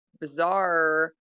bizarre